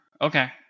Okay